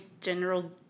general